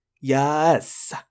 Yes